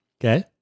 Okay